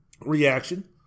reaction